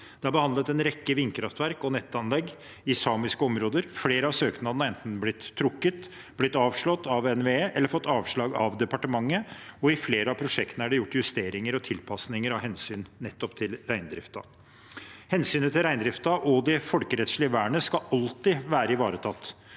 Det er behandlet en rekke vindkraftverk og nettanlegg i samiske områder. Flere av søknadene har enten blitt trukket, blitt avslått av NVE eller fått avslag av departementet, og i flere av prosjektene er det gjort justeringer og tilpasninger av hensyn nettopp til reindriften. Hensynet til reindriften og det folkerettslige vernet skal alltid være ivaretatt